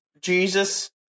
Jesus